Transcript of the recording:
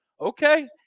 okay